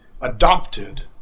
adopted